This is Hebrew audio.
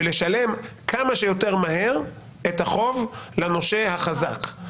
ולשלם כמה שיותר מהר את החוב לנושה החזק.